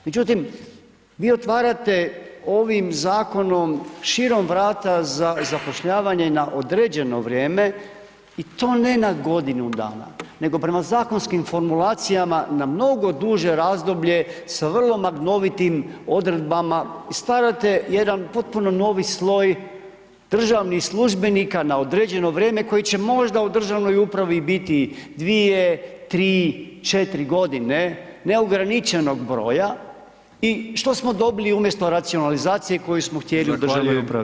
Međutim, vi otvarate ovim zakonom širom vrata za zapošljavanje na određeno vrijeme i to ne na godinu dana, nego prema zakonskim formulacijama, na mnogo duže razdoblje, sa vrlo maglovitim odredbama i stavljate jedan potpuno novi sloj državnih službenika na određeno vrijeme, koji će možda u državnoj upravi biti 2, 3, 4 g. neograničenog broja i što smo dobili umjesto racionalizacije koju smo htjeli u državnoj upravi?